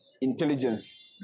intelligence